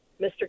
Mr